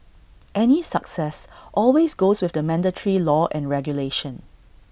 any success always goes with the mandatory law and regulation